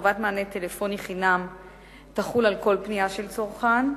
שחובת מענה טלפוני חינם תחול על כל פנייה של צרכן,